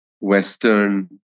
Western